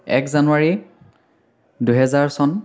এক জানুৱাৰী দুহেজাৰ চন